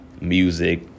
Music